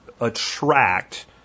attract